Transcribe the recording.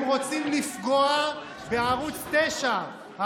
הם רוצים לפגוע בערוץ 9,